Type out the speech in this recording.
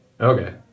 Okay